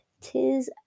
Tis